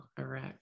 Iraq